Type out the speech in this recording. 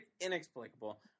Inexplicable